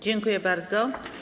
Dziękuję bardzo.